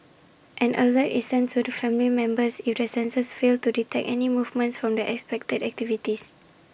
an alert is sent to family members if the sensors fail to detect any movement from the expected activities